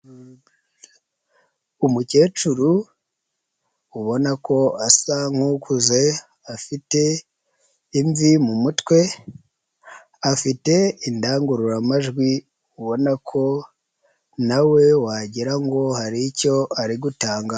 Umukecuru ubona ko asa nk'ukuze, afite imvi mu mutwe, afite indangururamajwi, ubona ko na we wagira ngo hari icyo ari gutanga.